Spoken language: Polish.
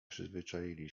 przyzwyczaili